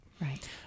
Right